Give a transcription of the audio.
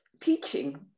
teaching